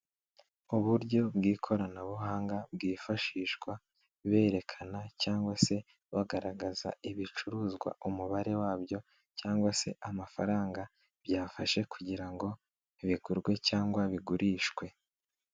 Uburyo bw'ikoranabuhanga bwifashishwa berekana cyangwa se bagaragaza ibicuruzwa umubare wabyo, cyangwa se amafaranga byafashe kugira ngo bigurwe cyangwa bigurishwe.